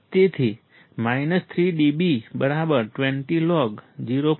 તેથી 3 dB બરાબર 20log0